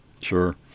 Sure